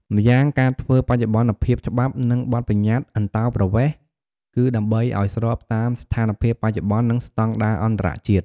ម្យ៉ាងការធ្វើបច្ចុប្បន្នភាពច្បាប់ និងបទប្បញ្ញត្តិអន្តោប្រវេសន៍គឺដើម្បីឱ្យស្របតាមស្ថានភាពបច្ចុប្បន្ន និងស្តង់ដារអន្តរជាតិ។